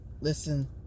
Listen